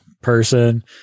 Person